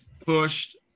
Pushed